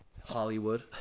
Hollywood